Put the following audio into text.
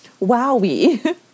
Wowie